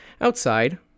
Outside